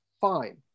fine